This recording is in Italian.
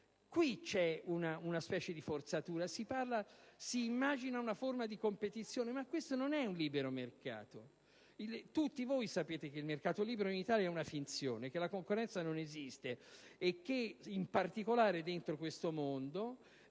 Qui c'è una specie di forzatura: si immagina una forma di competizione, ma questo non è un libero mercato. Tutti voi sapete che il libero mercato in Italia è una finzione e che la concorrenza non esiste, e che, in particolare nel mondo